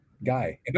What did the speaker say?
Guy